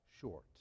short